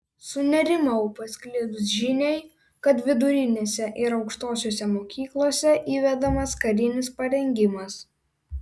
sunerimau pasklidus žiniai kad vidurinėse ir aukštosiose mokyklose įvedamas karinis parengimas